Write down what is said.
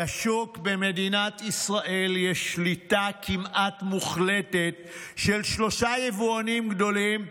בשוק במדינת ישראל יש שליטה כמעט מוחלטת של שלושה יבואנים גדולים,